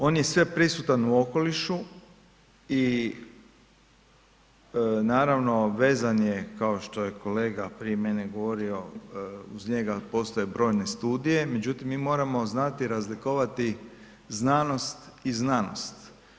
On je sveprisutan u okolišu i naravno vezan je, kao što je kolega prije mene govorio, uz njega postoje brojne studije, međutim, mi moramo znati razlikovati znanost i znanost.